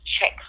check